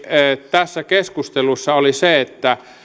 tässä keskustelussa oli se että